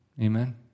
Amen